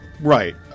Right